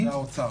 והאוצר.